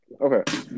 Okay